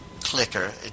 clicker